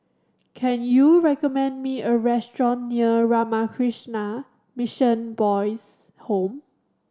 can you recommend me a restaurant near Ramakrishna Mission Boys' Home